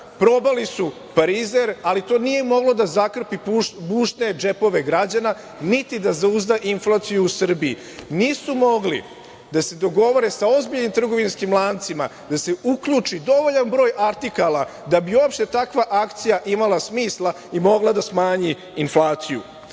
Probali su parizer, ali to nije moglo da zakrpi bušne džepove građana, niti da zauzda inflaciju u Srbiji. Nisu mogli da se dogovore sa ozbiljnim trgovinskim lancima da se uključi dovoljan broj artikala da bi uopšte takva akcija imala smisla i mogla da smanji inflaciju. Kakva